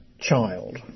child